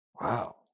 Wow